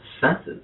senses